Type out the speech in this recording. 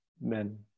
men